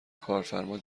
کارفرما